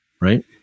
right